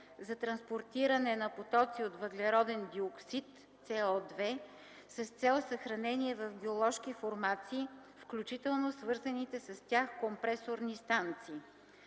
за транспортиране на потоци от въглероден диоксид (CO2) с цел съхранение в геоложки формации, включително свързаните с тях компресорни станции.